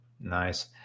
Nice